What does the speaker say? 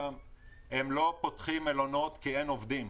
לא פותחים מלונות כי אין עובדים.